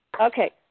Okay